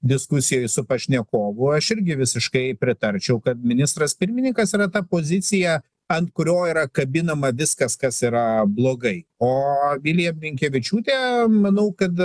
diskusijoj su pašnekovu aš irgi visiškai pritarčiau kad ministras pirmininkas yra ta pozicija ant kurio yra kabinama viskas kas yra blogai o vilija blinkevičiūtė manau kad